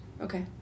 Okay